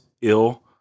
ill